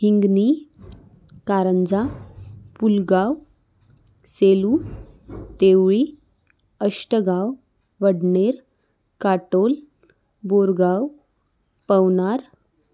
Hingni Karanja Pulgaon Selu Tevli Ashtagaon Wadner Katol Borgaon Pavnar